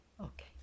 Okay